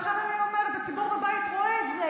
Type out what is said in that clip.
לכן אני אומרת, הציבור בבית רואה את זה.